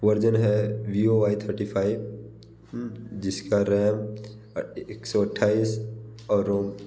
version है Vivo Y thirty five जिसका RAM एक सौ अठाईस और रोम